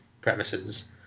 premises